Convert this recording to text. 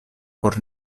por